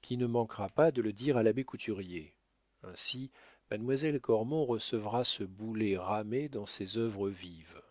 qui ne manquera pas de le dire à l'abbé couturier ainsi mademoiselle cormon recevra ce boulet ramé dans ses œuvres vives